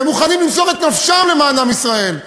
והם מוכנים למסור את נפשם למען עם ישראל.